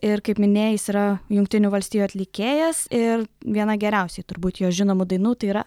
ir kaip minėjai jis yra jungtinių valstijų atlikėjas ir viena geriausiai turbūt jo žinomų dainų tai yra